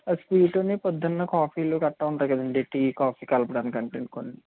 ఆ స్వీట్ ని పొద్దున కాఫీ లు గట్రా ఉంటాయి కదా అండి టీ కాఫీ కలపడానికి అంట అండి కొన్ని